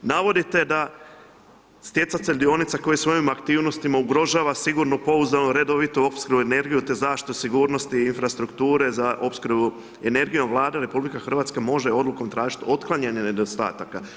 Navodite da stjecatelj dionica koji svojom aktivnostima ugrožava sigurnu, pouzdanu, redovitu opskrbu energiju, te zaštitu sigurnosti infrastrukture za opskrbu energijom, Vlada RH može odlukom tražit otklanjanje nedostataka.